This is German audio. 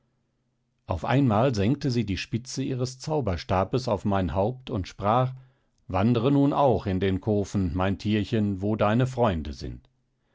auf einmal senkte sie die spitze ihres zauberstabes auf mein haupt und sprach wandre nun auch in den kofen mein tierchen wo deine freunde sind